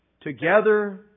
Together